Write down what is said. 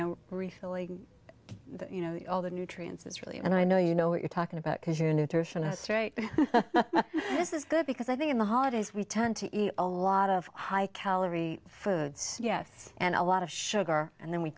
refilling you know all the nutrients it's really and i know you know what you're talking about because you're a nutritionist right this is good because i think in the holidays we tend to eat a lot of high calorie foods yes and a lot of sugar and then we